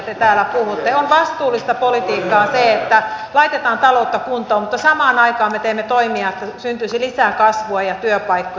on vastuullista politiikkaa että laitetaan taloutta kuntoon mutta samaan aikaan me teemme toimia että syntyisi lisää kasvua ja työpaikkoja